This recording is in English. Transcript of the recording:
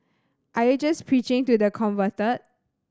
are you just preaching to the converted